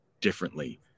differently